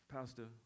Pastor